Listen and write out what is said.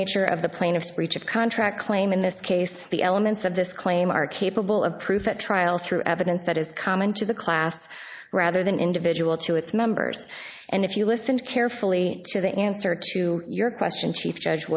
nature of the plaintiff's breach of contract claim in this case the elements of this claim are capable of proof at trial through evidence that is common to the class rather than individual to its members and if you listened carefully to the answer to your question chief judge